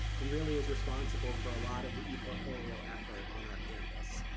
and really is responsible for a lot of the eportfolio effort on our campus.